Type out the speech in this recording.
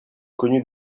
connue